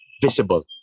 visible